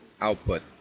output